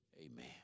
Amen